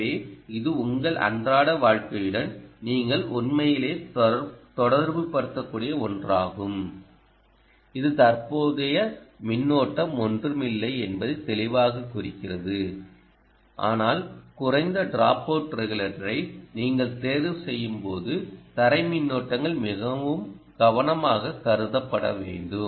எனவே இது உங்கள் அன்றாட வாழ்க்கையுடன் நீங்கள் உண்மையிலேயே தொடர்புபடுத்தக்கூடிய ஒன்றாகும் இது தற்போதைய மின்னோட்டம் ஒன்றுமில்லை என்பதை தெளிவாகக் குறிக்கிறது ஆனால் குறைந்த டிராப் அவுட் ரெகுலேட்டரை நீங்கள் தேர்வுசெய்யும்போது தரை மின்னோட்டங்கள் மிகவும் கவனமாகக் கருதப்பட வேண்டும்